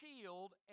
shield